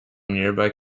nearby